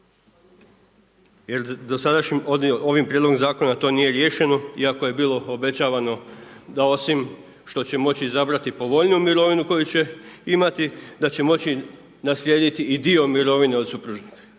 Jer dosadašnjim ovim Prijedlogom zakona to nije riješeno iako je bilo obećavano da osim što će moći izabrati povoljniju mirovinu koju će imati da će moći naslijediti i dio mirovine od supružnika.